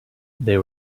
they